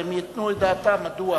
והם ייתנו את דעתם מדוע.